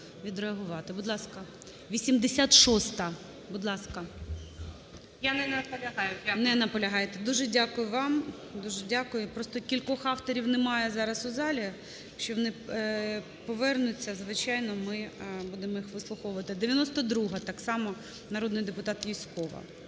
Дякую. ГОЛОВУЮЧИЙ. Не наполягаєте. Дуже дякую вам. Дуже дякую. Просто кількох авторів немає зараз у залі, якщо вони повернуться, звичайно, ми будемо їх вислуховувати. 92-а, так само народний депутат Юзькова.